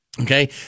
Okay